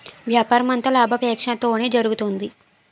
వ్యాపారమంతా లాభాపేక్షతోనే జరుగుతుంది